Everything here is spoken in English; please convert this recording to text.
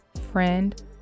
friend